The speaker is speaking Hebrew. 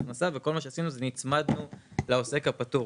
הכנסה וכל מה שעשינו זה נצמדנו לעוסק הפטור.